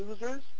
losers